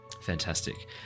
Fantastic